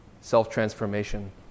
self-transformation